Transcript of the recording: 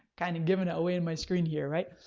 kind of given it away in my screen here, right?